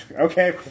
Okay